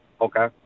okay